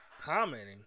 commenting